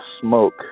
smoke